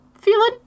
feeling